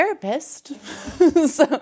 therapist